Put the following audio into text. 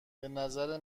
بنظر